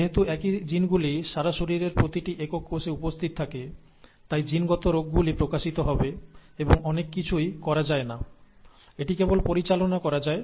যেহেতু একই জিনগুলি সারা শরীরের প্রতিটি একক কোষে উপস্থিত থাকে তাই জিনগত রোগগুলি প্রকাশিত হবে এবং অনেক কিছুই করা যায় না এটি কেবল পরিচালনা করা যায়